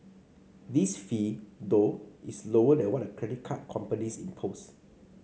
this fee though is lower than what the credit card companies impose